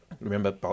Remember